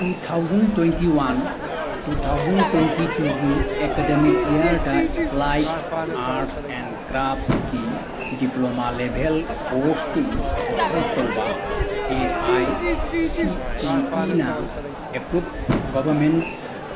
two thousand twenty one two thousand twenty ꯇꯨꯒꯤ academic ꯌꯔꯗ applied arts and ꯀ꯭ꯔꯥꯞꯁꯒꯤ diploma level ꯀꯣꯔꯁꯁꯤꯡ offer ꯇꯧꯕ ꯑꯦ ꯑꯥꯏ ꯁꯤ ꯇꯤ ꯏꯅ ꯑꯦꯄ꯭ꯔꯨꯞ ꯒꯣꯕꯔꯃꯦꯟ